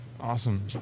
awesome